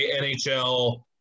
NHL